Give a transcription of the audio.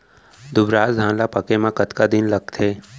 दुबराज धान ला पके मा कतका दिन लगथे?